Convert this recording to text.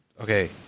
Okay